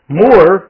more